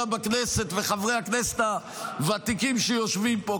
בכנסת וחברי הכנסת הוותיקים שיושבים פה,